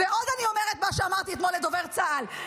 ועוד אני אומרת מה שאמרתי אתמול לדובר צה"ל: